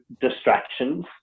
distractions